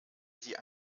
sie